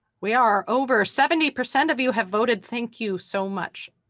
we are over seventy percent of you have voted. thank you so much.